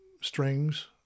strings